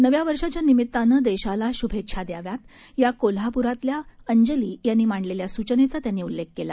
नव्यावर्षाच्यानिमित्तानंदेशालाशुभेच्छाद्याव्यात याकोल्हापुरातल्याअंजलीयांनीमांडलेल्यासूचनेचात्यांनीउल्लेखकेला